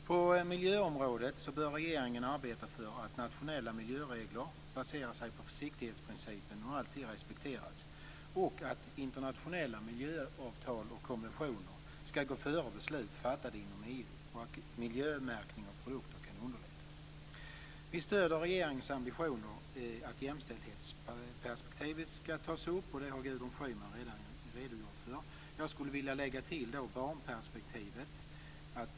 På miljöområdet bör regeringen arbeta för att nationella miljöregler baserar sig på försiktighetsprincipen och alltid respekteras och att internationella miljöavtal och konventioner ska gå före beslut fattade inom EU och att miljömärkning av produkter kan underlättas. Vi stöder regeringens ambitioner att jämställdhetsperspektivet ska tas upp. Det har Gudrun Schyman redan redogjort för. Jag skulle vilja lägga till barnperspektivet.